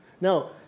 Now